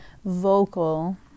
vocal